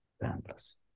boundless